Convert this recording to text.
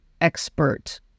expert